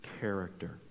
character